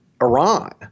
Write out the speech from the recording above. Iran